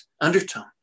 undertone